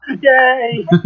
Yay